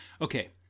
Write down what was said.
Okay